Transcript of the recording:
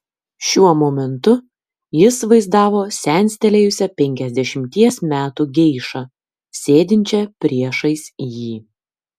šiuo momentu jis vaizdavo senstelėjusią penkiasdešimties metų geišą sėdinčią priešais jį